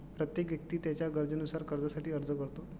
प्रत्येक व्यक्ती त्याच्या गरजेनुसार कर्जासाठी अर्ज करतो